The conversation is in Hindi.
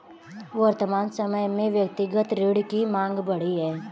वर्तमान समय में व्यक्तिगत ऋण की माँग बढ़ी है